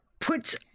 puts